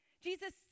Jesus